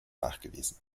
nachgewiesen